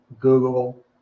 google